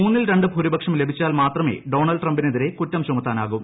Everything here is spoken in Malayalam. മൂന്നിൽ രണ്ട് ടൂരിപക്ഷം ലഭിച്ചാൽ മാത്രമേ ഡോണൾഡ് ട്രംപിനെതിരെ ക്യൂറ്റും ചുമത്താനാകു